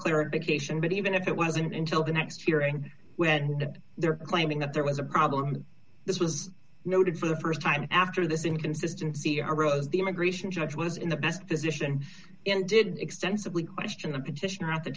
clarification but even if it wasn't until the next hearing when they're claiming that there was a problem this was noted for the st time after this inconsistency aros the immigration judge was in the best position and didn't extensively question the petitioner at the